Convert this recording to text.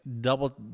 double